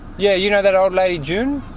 yeah you know that old lady june?